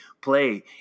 play